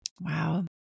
Wow